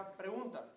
pregunta